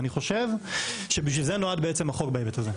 אני חושב שבשביל זה נועד בעצם החוק בהיבט הזה.